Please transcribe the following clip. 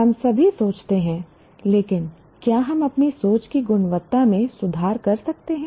हम सभी सोचते हैं लेकिन क्या हम अपनी सोच की गुणवत्ता में सुधार कर सकते हैं